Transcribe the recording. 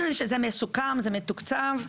שזה מסוכם, מתוקצב.